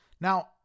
Now